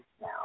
now